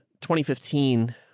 2015